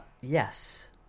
Yes